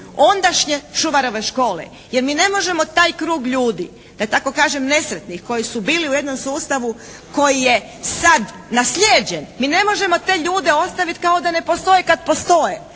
ondašnje Šuvarove škole. Jer mi ne možemo taj krug ljudi da tako kažem nesretnih koji su bili u jednom sustavu koji je sad naslijeđen, mi ne možemo te ljude ostaviti kao da ne postoji kad postoje.